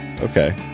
Okay